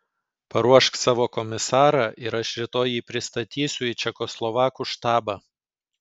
paruošk savo komisarą ir aš rytoj jį pristatysiu į čekoslovakų štabą